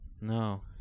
no